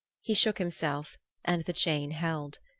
he shook himself and the chain held.